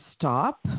stop